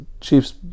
Chiefs